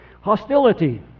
Hostility